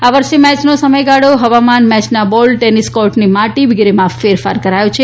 આ વર્ષે મેચનો સમયગાળો હવામાન મેચના બોલ ટેનિસ કાર્ટની માટી વગેરેમાં ફેરફાર કરાયો છે